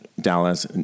Dallas